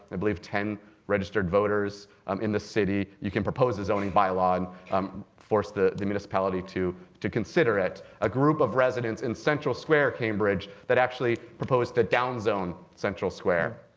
i believe, ten registered voters um in the city, you can propose a zoning by-law and um force the the municipality to to consider it. a group of residents in central square cambridge that actually proposed to down zone central square.